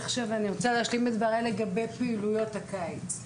אני רוצה להשלים את דבריי לגבי פעילויות הקיץ.